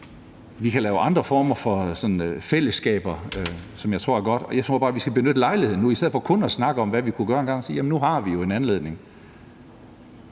vi kan lave andre former for fællesskaber, som jeg tror er godt. Jeg tror bare, vi skal benytte lejligheden nu. I stedet for kun at snakke om, hvad vi kunne gøre, har vi jo nu en anledning